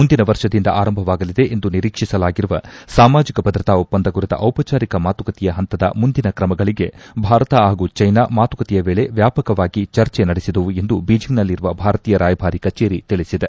ಮುಂದಿನ ವರ್ಷದಿಂದ ಆರಂಭವಾಗಲಿದೆ ಎಂದು ನಿರೀಕ್ಷಿಸಲಾಗಿರುವ ಸಾಮಾಜಿಕ ಭದ್ರತಾ ಒಪ್ಪಂದ ಕುರಿತ ಔಪಚಾರಿಕ ಮಾತುಕತೆಯ ಹಂತದ ಮುಂದಿನ ಕ್ರಮಗಳಿಗೆ ಭಾರತ ಹಾಗೂ ಚ್ಯೆನಾ ಮಾತುಕತೆಯ ವೇಳೆ ವ್ಯಾಪಕವಾಗಿ ಚರ್ಚೆ ನಡೆಸಿದವು ಎಂದು ಬೀಜಿಂಗ್ನಲ್ಲಿರುವ ಭಾರತೀಯ ರಾಯಭಾರಿ ಕಚೇರಿ ತಿಳಿಸಿದೆ